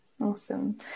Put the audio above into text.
Awesome